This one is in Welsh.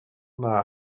dda